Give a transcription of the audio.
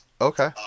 Okay